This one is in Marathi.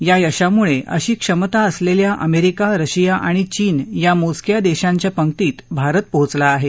या यशमुळे अशी क्षमता असलेल्या अमेरिका रशिया आणि चीन या मोजक्या देशाच्या पक्तीत भारत पोहोचला आहे